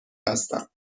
هستم